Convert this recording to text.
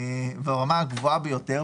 ברמה הגבוהה ביותר.